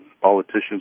politicians